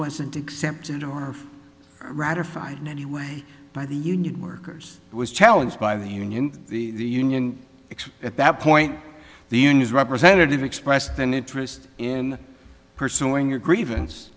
wasn't accepted or rather fine anyway by the union workers was challenged by the union the union at that point the union representative expressed an interest in pursuing your grievance